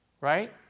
right